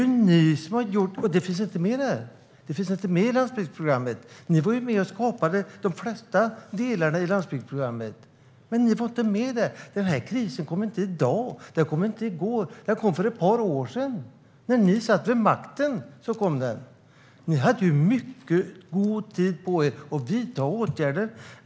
Men detta finns inte med i Landsbygdsprogrammet. Ni var med och skapade de flesta delarna i Landsbygdsprogrammet. Den här krisen kom inte i dag, den kom inte i går utan den kom för ett par år sedan när ni satt vid makten. Ni hade mycket god tid på er att vidta åtgärder.